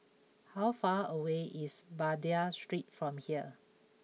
how far away is Baghdad Street from here